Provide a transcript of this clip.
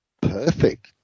Perfect